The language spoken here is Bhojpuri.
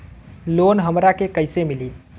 लोन हमरा के कईसे मिली?